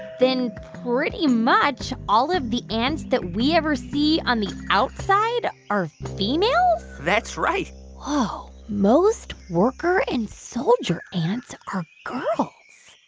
then pretty much all of the ants that we ever see on the outside are females? that's right whoa. most worker and soldier ants are girls.